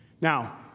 Now